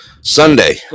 Sunday